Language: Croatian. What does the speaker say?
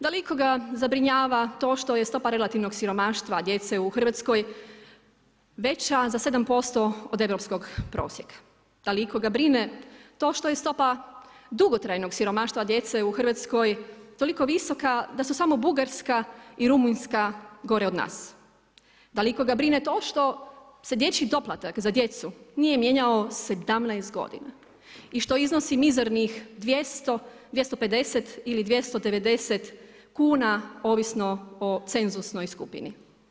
Da li ikoga zabrinjava to što je stopa relativnog siromaštva djece u Hrvatskoj veća za 7% od europskog prosjeka, da li ikoga brine to što je stopa dugotrajnost siromaštva djece u Hrvatskoj toliko visoka da su samo Bugarska i Rumunjska gore od nas? da li ikoga brine to što se dječji doplatak za djecu nije mijenjao 17 godina i što iznosi mizernih 200, 250 ili 290 kuna ovisno o cenzusnoj skupini?